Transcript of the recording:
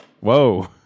Whoa